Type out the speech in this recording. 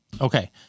Okay